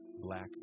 black